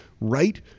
right